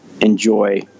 enjoy